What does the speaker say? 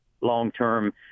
long-term